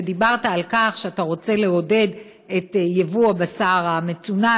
ודיברת על כך שאתה רוצה לעודד את יבוא הבשר המצונן,